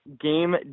Game